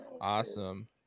awesome